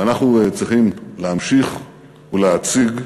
ואנחנו צריכים להמשיך ולהציג,